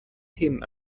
themen